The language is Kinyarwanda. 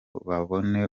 babone